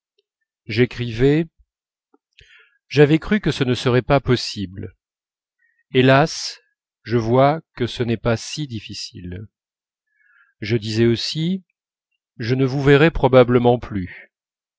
j'écrivais j'avais cru que ce ne serait pas possible hélas je vois que ce n'est pas si difficile je disais aussi je ne vous verrai probablement plus